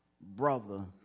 brother